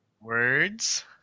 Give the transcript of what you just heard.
words